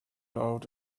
out